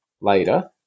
later